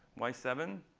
why seven?